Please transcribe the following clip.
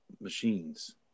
machines